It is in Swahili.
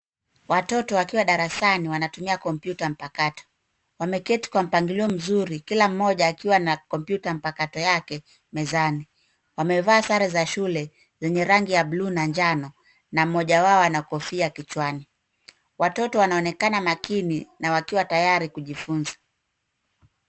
Watoto wakiwa darasani wanatumia kompyuta mpakato, wameketi kwa mpangilio mzuri, kila mmoja akiwa na kompyuta mpakato yake, mezani. Wamevaa sare za shule, zenye rangi ya blue , na njano, na mmoja wao ana kofia kichwani, watoto wanaonekana makini, na wakiwa tayari kujifunza.